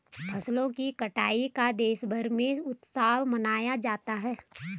फसलों की कटाई का देशभर में उत्सव मनाया जाता है